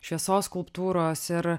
šviesos skulptūros ir